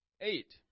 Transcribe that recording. Eight